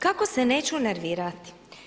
Kako se neću nervirati?